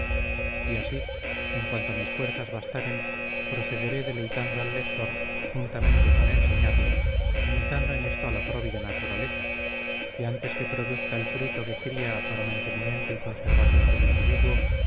y así en cuanto mis fuerzas bastaren procederé deleitando al lector juntamente con enseñarle imitando en esto a la próvida naturaleza que antes que produzca el fruto que cría para mantenimiento y conservación del individuo